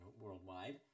worldwide